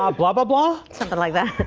um blob of law something like that